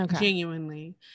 genuinely